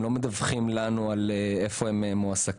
הם לא מדווחים לנו איפה הם מועסקים.